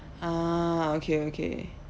ah okay okay